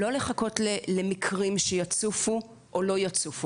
לא לחכות למקרים שיצופו או לא יצופו,